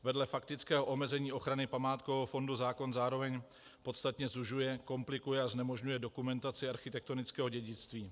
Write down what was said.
Vedle faktického omezení ochrany památkového fondu zákon zároveň podstatně zužuje, komplikuje a znemožňuje dokumentaci architektonického dědictví.